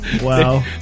Wow